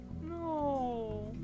No